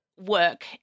work